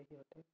সিহঁতে